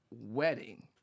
wedding